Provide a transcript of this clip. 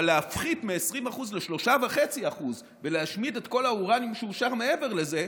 אבל להפחית מ-20% ל-3.5% ולהשמיד את כל האורניום שהועשר מעבר לזה,